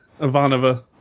Ivanova